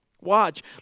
Watch